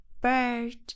Bird